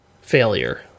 failure